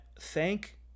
thank